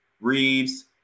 Reeves